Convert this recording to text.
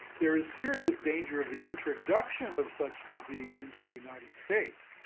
there is serious danger of the introduction of such disease into the united states,